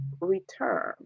return